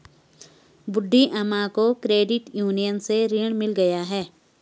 बूढ़ी अम्मा को credit union से ऋण मिल गया है